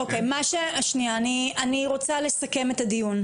אוקי, שנייה, אני רוצה לסכם את הדיון.